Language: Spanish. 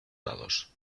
dados